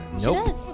Nope